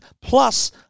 plus